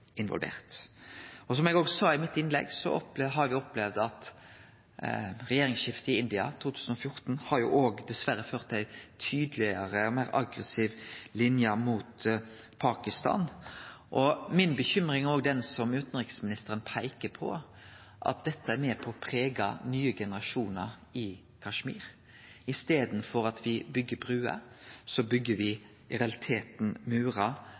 Som eg sa i innlegget mitt, har eg opplevd at regjeringsskiftet i India i 2014 dessverre har ført til ei tydelegare og meir aggressiv linje mot Pakistan. Mi bekymring er det som utanriksministeren peikar på, at dette er med på å prege nye generasjonar i Kashmir. I staden for at me byggjer bruer, byggjer me i realiteten murar